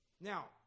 Now